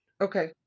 Okay